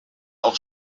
auch